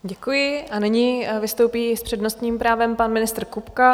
Děkuji a nyní vystoupí s přednostním právem pan ministr Kupka.